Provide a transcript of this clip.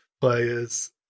players